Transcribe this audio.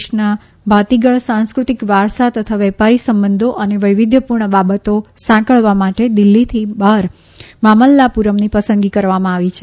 દેશના ભાતીગળ સાંસ્કૃતિક વારસા તથા વેપારી સંબંધો અને વૈવિધ્યપૂર્ણ બાબતો સાંકળવા માટે દિલ્ફીથી બહાર મામલ્લાપુરમની પસંદગી કરવામાં આવી છે